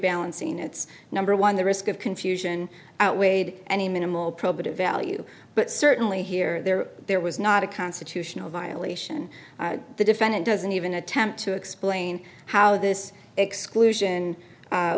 balancing it's number one the risk of confusion outweighed any minimal probative value but certainly here there there was not a constitutional violation the defendant doesn't even attempt to explain how this exclusion